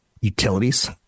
utilities